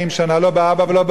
לא באבא ולא בבן,